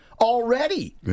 already